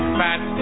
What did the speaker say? fat